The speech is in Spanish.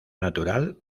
natural